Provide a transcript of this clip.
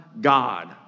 God